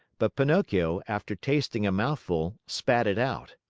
but pinocchio, after tasting a mouthful, spat it out.